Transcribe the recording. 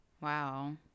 Wow